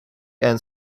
and